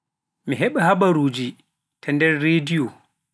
Mi heɓa habaruuji taa nder rediyo.